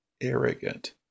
arrogant